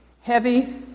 heavy